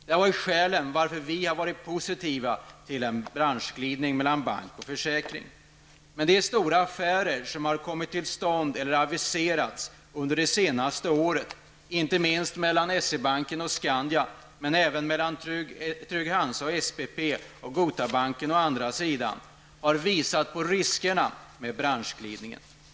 Detta är skälen till att vi har varit positiva till en branschglidning mellan bank och försäkring. Men de stora affärer som kommit till stånd eller aviserats under det senaste året -- inte minst affären mellan SE-banken och Skandia och mellan Trygg Hansa och SPP samt Gotabanken -- har visat på riskerna med branschglidningen.